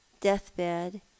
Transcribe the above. deathbed